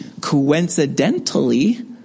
coincidentally